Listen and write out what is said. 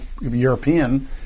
European